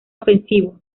ofensivo